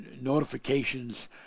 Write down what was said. notifications